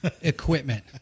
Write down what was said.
equipment